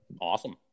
Awesome